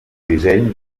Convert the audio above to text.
disseny